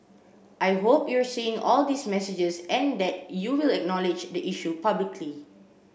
I hope you're seeing all these messages and that you will acknowledge the issue publicly